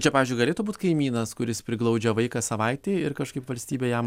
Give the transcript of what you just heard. čia pavyzdžiui galėtų būt kaimynas kuris priglaudžia vaiką savaitei ir kažkaip valstybė jam